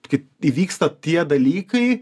kit įvyksta tie dalykai